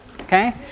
okay